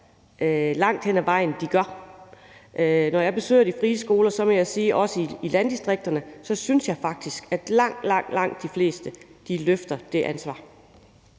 langt hen ad vejen de gør. Når jeg besøger de frie skoler, også i landdistrikterne, synes jeg faktisk, at langt de fleste løfter det ansvar.